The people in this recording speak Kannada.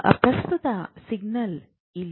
ಪ್ರಸ್ತುತ ಸಿಗ್ನಲ್ ಇಲ್ಲಿ ಬರುತ್ತದೆ